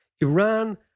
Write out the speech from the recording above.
Iran